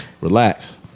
Relax